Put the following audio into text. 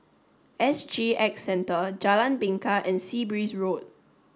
S G X Centre Jalan Bingka and Sea Breeze Road